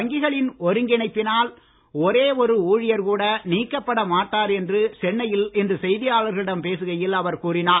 வங்கிகளின் ஒருங்கிணைப்பினால் ஒரே ஒரு ஊழியர் கூட நீக்கப்பட மாட்டார் என்று சென்னையில் இன்று செய்தியாளர்களிடம் பேசுகையில் அவர் கூறினார்